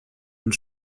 und